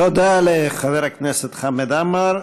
תודה לחבר הכנסת חמד עמאר.